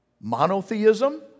Monotheism